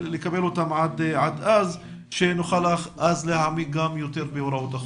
אותם עד אז כי אז נוכל להעמיק יותר בהוראות החוק.